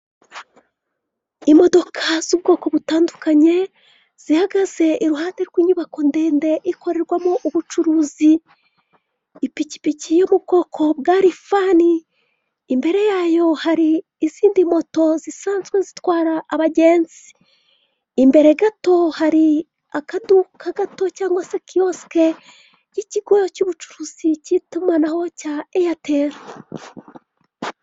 Imodoka z'ubwoko butandukanye, zihagaze iruhande rw'inyubako ndende ikorerwamo ubucuruzi. Ipikipiki yo mu bwoko bwa rifani, imbere yayo hari izindi moto zisanzwe zitwara abagenzi. Imbere gato hari akaduka gato cyangwa se kiyosike y'ikigo cy'ubucuruzi cy'itumanaho cya eyateri.